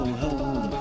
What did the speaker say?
home